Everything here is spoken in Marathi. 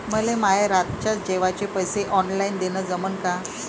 मले माये रातच्या जेवाचे पैसे ऑनलाईन देणं जमन का?